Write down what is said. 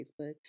Facebook